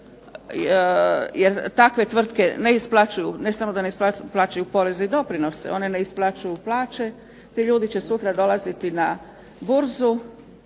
jer takve tvrtke ne isplaćuju, ne samo da ne isplaćuju poreze i doprinose, one ne isplaćuju plaće. Ti ljudi će sutra dolaziti na burzu,